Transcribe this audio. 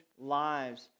lives